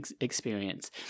experience